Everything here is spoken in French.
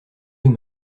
nous